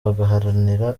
bagaharanira